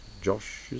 Josh